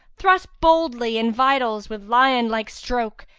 thrust boldly in vitals with lion-like stroke!